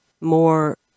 more